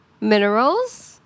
minerals